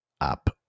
up